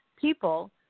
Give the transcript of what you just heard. people